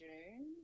June